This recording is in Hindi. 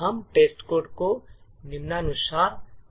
हम टेस्टकोड को निम्नानुसार चलाते हैं